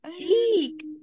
Eek